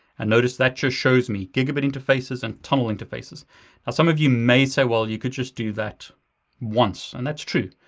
and notice that just shows me gigabit interfaces and tunnel interfaces. now some of you may say, well you could just do that once. and that's true.